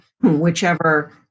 whichever